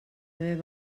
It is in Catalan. haver